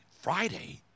Friday